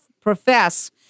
profess